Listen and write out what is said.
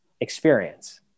experience